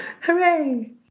Hooray